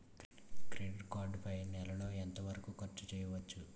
Credit card పై నెల లో ఎంత వరకూ ఖర్చు చేయవచ్చు?